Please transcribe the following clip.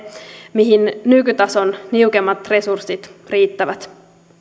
mihin nykytasoa niukemmat resurssit riittävät